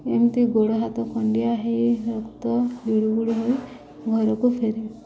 ଏମିତି ଗୋଡ଼ ହାତ ଖଣ୍ଡିଆ ହେଇ ରକ୍ତ ଜୁଡ଼ୁବୁଡ଼ୁ ହୋଇ ଘରକୁ ଫେରେ